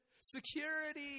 Security